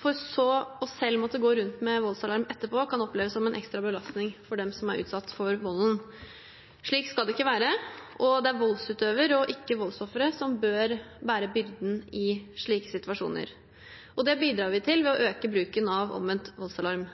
for så å selv måtte gå rundt med voldsalarm etterpå kan oppleves som en ekstra belastning for dem som er utsatt for volden. Slik skal det ikke være, og det er voldsutøver – og ikke voldsofferet – som bør bære byrden i slike situasjoner, og det bidrar vi til ved å øke bruken av omvendt voldsalarm.